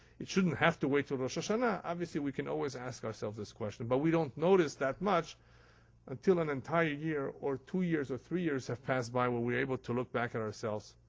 it shouldn't have to wait to rosh hashana. obviously, we can always ask ourselves this question, but we don't notice that much until an entire year, or two years, or three years have passed by, when we're able to look back at ourselves,